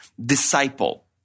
disciple